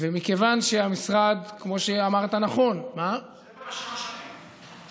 מכיוון שהמשרד, כמו שאמרת, שבע בשלוש שנים?